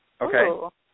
Okay